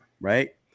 Right